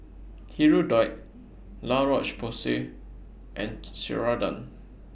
Hirudoid La Roche Porsay and Ceradan